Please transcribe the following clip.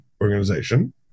Organization